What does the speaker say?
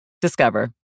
Discover